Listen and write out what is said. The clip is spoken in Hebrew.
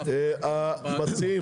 הבעיות.